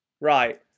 Right